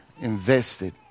invested